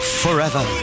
forever